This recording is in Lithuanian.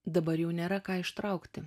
dabar jau nėra ką ištraukti